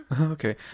okay